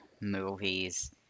movies